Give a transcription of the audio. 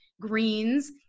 greens